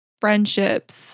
friendships